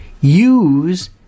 Use